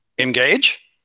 engage